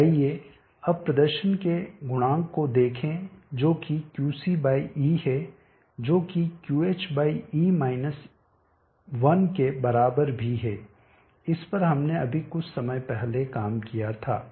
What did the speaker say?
तो आइए अब प्रदर्शन के गुणांक को देखें जो कि QcE है जो कि QHE 1 के बराबर भी है इस पर हमने अभी कुछ समय पहले काम किया था